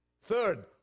Third